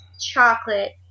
chocolate